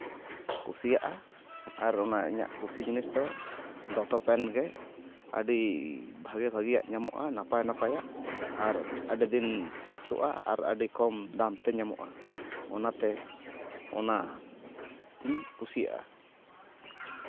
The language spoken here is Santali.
ᱠᱩᱥᱤᱭᱟᱜᱼᱟ ᱟᱨ ᱚᱱᱟ ᱤᱧᱟᱹᱜ ᱠᱩᱥᱤ ᱡᱤᱱᱤᱥ ᱫᱚ ᱫᱚᱛᱚ ᱯᱮᱱᱜᱮ ᱟᱹᱰᱤ ᱵᱷᱟᱹᱜᱤ ᱵᱷᱟᱹᱜᱤᱭᱟᱜ ᱧᱟᱢᱚᱜᱼᱟ ᱱᱟᱯᱟᱭ ᱱᱟᱯᱟᱭᱟᱜ ᱟᱨ ᱟᱹᱰᱤ ᱫᱤᱱ ᱴᱮᱠᱥᱚᱜᱼᱟ ᱟᱨ ᱟᱹᱰᱤ ᱠᱚᱢ ᱫᱟᱢᱛᱮ ᱧᱟᱢᱚᱜᱼᱟ ᱚᱱᱟᱛᱮ ᱚᱱᱟ ᱟᱹᱰᱤᱧ ᱠᱩᱥᱤᱭᱟᱜᱼᱟ